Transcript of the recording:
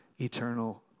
eternal